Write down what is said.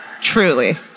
truly